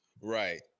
right